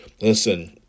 listen